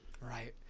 Right